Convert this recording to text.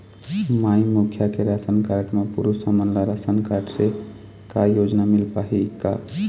माई मुखिया के ration card म पुरुष हमन ला रासनकारड से का योजना मिल पाही का?